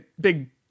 big